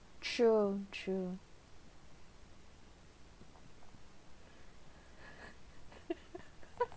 true true